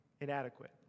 Inadequate